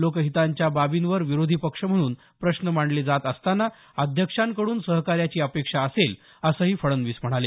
लोकहितांच्या बाबींवर विरोधी पक्ष म्हणून प्रश्न मांडले जात असताना अध्यक्षांकडून सहकार्याची अपेक्षा असेल असंही फडणवीस म्हणाले